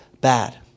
bad